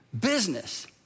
business